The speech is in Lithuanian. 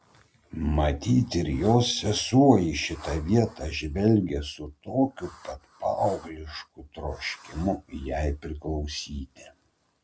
matyt ir jos sesuo į šitą vietą žvelgė su tokiu pat paauglišku troškimu jai priklausyti